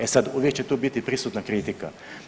E sad uvijek će tu biti prisutna kritika.